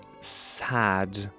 sad